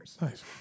Nice